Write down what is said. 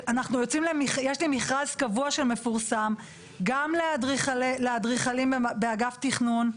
יש לי מכרז קבוע שמפורסם גם לאדריכלים באגף תכנון,